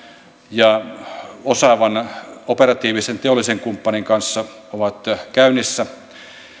ja osaavan operatiivisen teollisen kumppanin kanssa ovat käynnissä